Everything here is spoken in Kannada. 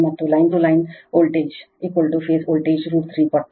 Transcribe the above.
ಮತ್ತು line line to line voltage phase ವೋಲ್ಟೇಜ್ನ ರೂಟ್3 ಪಟ್ಟು